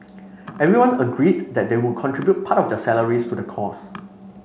everyone agreed that they would contribute part of their salaries to the cause